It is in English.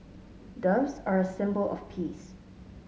doves are a symbol of peace